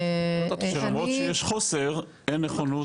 למרות שיש חוסר, אין נכונות.